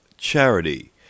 charity